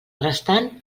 restant